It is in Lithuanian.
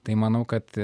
tai manau kad